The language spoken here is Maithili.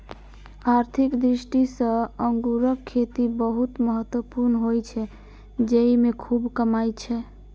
आर्थिक दृष्टि सं अंगूरक खेती बहुत महत्वपूर्ण होइ छै, जेइमे खूब कमाई छै